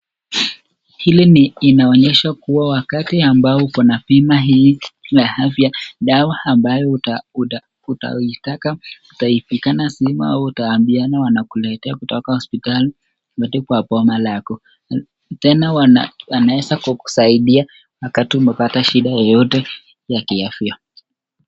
Hili ina onyeshwa kuwa wakati ambapo unapima hii dawa afya dawa ambayo utaitaka utaipigana simu au utaambiwa wanakuletea kutoka hospitali mpaka kwa boma lako. Tena wanaweza kukusaidia wakati umepata shida yoyote ya kiafya.